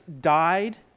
died